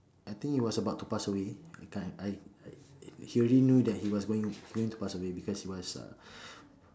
I think he was about to pass away I can't I I he already knew that he was going going to pass away because he was uh